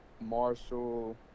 Marshall